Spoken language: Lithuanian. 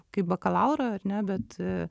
kaip bakalauro ar ne bet